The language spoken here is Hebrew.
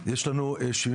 יש לנו 80